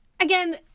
Again